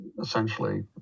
essentially